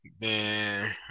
man